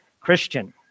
Christian